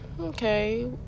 Okay